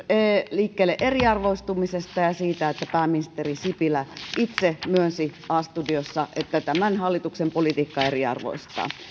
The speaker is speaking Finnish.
liikkeelle eriarvoistumisesta ja siitä että pääministeri sipilä itse myönsi a studiossa että tämän hallituksen politiikka eriarvoistaa